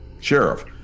Sheriff